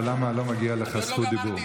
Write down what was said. ולמה לא מגיעה לך זכות דיבור.